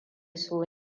so